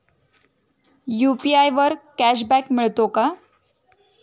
UPI वर cashback मिळतो का?